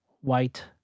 white